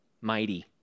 mighty